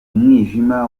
umwijima